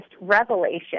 revelation